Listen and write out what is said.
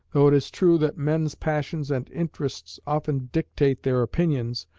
though it is true that men's passions and interests often dictate their opinions,